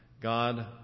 God